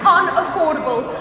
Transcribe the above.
unaffordable